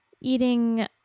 eating